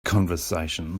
conversation